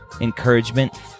encouragement